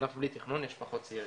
תכנון, יש פחות צעירים.